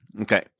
Okay